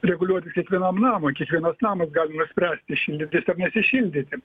reguliuotis kiekvienam namui kiekvienas namas gali nuspręsti šildytis ar nesišildyti